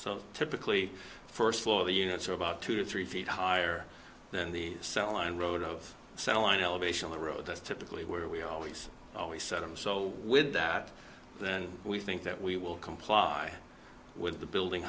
so typically first floor the units are about two or three feet higher than the cell line road of santa line elevation on the road that's typically where we always always set them so with that then we think that we will comply with the building